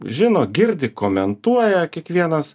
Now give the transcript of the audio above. žino girdi komentuoja kiekvienas